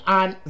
on